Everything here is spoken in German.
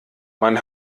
man